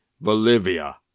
Bolivia